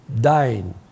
dying